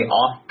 off